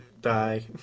die